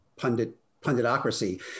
punditocracy